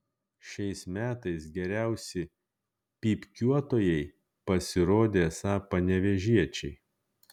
šiais metais geriausi pypkiuotojai pasirodė esą panevėžiečiai